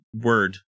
word